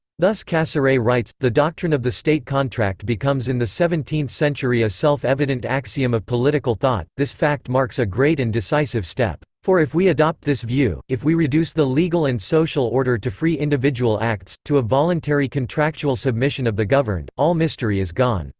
thus cassirer writes the doctrine of the state-contract becomes in the seventeenth century a self-evident axiom of political thought. this fact marks a great and decisive step. for if we adopt this view, if we reduce the legal and social order to free individual acts, to a voluntary contractual submission of the governed, all mystery is gone.